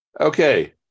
Okay